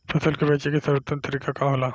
फसल के बेचे के सर्वोत्तम तरीका का होला?